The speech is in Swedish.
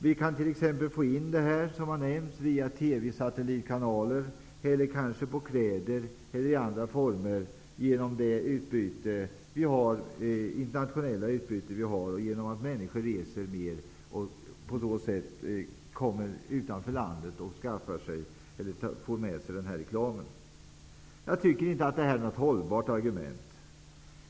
Man kan t.ex få in tobaksreklam via TV satellitkanaler eller också kan den bäras på kläder i och med det internationella utbytet. Genom att människor reser mer kan de på så sätt få med sig tobaksreklam till Sverige. Jag tycker inte att detta är något hållbart argument.